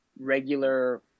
regular